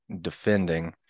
defending